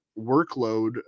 workload